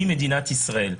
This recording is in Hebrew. היא מדינת ישראל.